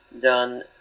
done